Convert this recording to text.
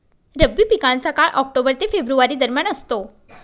रब्बी पिकांचा काळ ऑक्टोबर ते फेब्रुवारी दरम्यान असतो